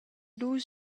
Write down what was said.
dus